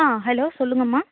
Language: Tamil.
ஆ ஹலோ சொல்லுங்கம்மா